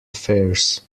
affairs